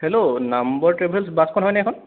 hello number travels বাছখন হয়নে এইখন